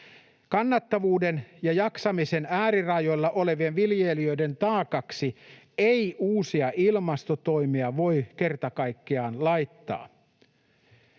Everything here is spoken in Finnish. Kannattavuuden ja jaksamisen äärirajoilla olevien viljelijöiden taakaksi ei uusia ilmastotoimia voi kerta kaikkiaan laittaa.